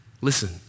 listen